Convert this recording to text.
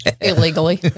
Illegally